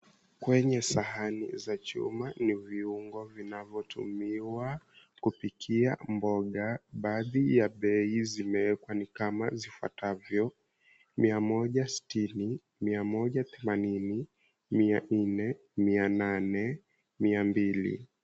Kwenye sahani za chuma ni viungo vinavyotumiwa kupikia mboga baadhi ya bei zimewekwa ni kama zifuatavyo 160, 180, 400, 800,200.